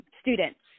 students